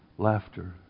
laughter